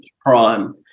prime